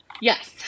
Yes